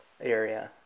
area